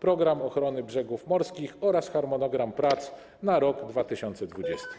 „Program ochrony brzegów morskich” oraz harmonogramu prac na rok 2020.